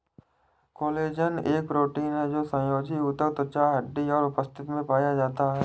collagen एक protein है जो संयोजी ऊतक, त्वचा, हड्डी और उपास्थि में पाया जाता है